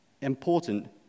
important